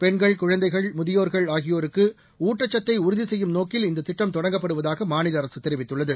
பெண்கள் குழந்தைகள் முதியோர்கள் ஆகியோருக்கு ஊட்டச்சத்தை உறுதி செய்யும் நோக்கில் இந்த திட்டம் தொடங்கப்படுவதாக மாநில அரசு தெரிவித்துள்ளது